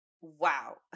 Wow